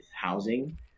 housing